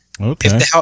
Okay